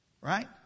Right